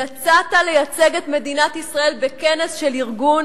יצאת לייצג את מדינת ישראל בכנס של ארגון